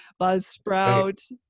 Buzzsprout